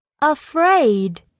afraid